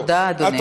תודה, אדוני.